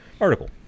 article